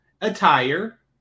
attire